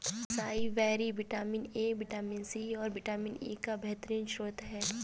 acai berry vitamin A, vitamin C, और vitamin E का बेहतरीन स्त्रोत है